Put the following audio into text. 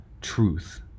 truth